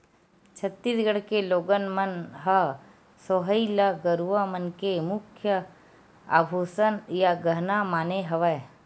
छत्तीसगढ़ के लोगन मन ह सोहई ल गरूवा मन के मुख्य आभूसन या गहना माने हवय